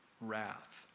wrath